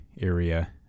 area